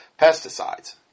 pesticides